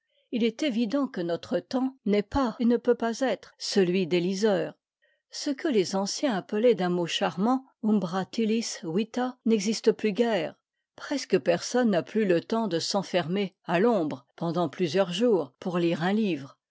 il est évident que notre temps n'est pas et ne peut pas être celui des liseurs ce que les anciens appelaient d'un mot charmant umbratilis vita n'existe plus guère presque personne n'a plus le temps de s'enfermer à l'ombre pendant plusieurs jours pour lire un livre